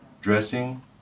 dressing